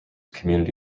community